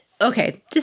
Okay